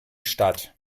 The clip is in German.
stadt